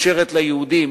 ומאפשרת ליהודים